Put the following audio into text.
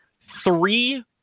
three